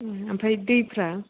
उम आमफ्राय दैफ्रा